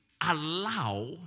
allow